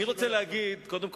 אני רוצה להגיד: קודם כול,